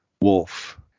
wolf